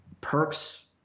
Perks